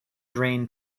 drain